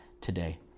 today